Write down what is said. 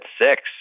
six